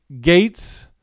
Gates